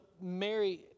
mary